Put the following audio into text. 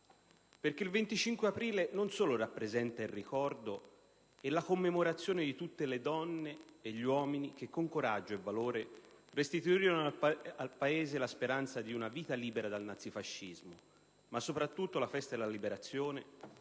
aprile, infatti, non solo rappresenta il ricordo e la commemorazione di tutte le donne e gli uomini che con coraggio e valore restituirono al Paese la speranza di una vita libera dal nazifascismo, ma soprattutto la festa della Liberazione